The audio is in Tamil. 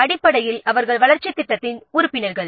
அடிப்படையில் அவர்கள் வளர்ச்சித் திட்டத்தின் உறுப்பினர்கள்